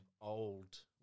old